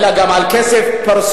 אלא גם על כסף פרסונלי,